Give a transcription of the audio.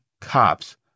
cops